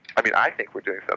i mean i think we're doing